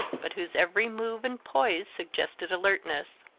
but whose every move and poise suggested alertness.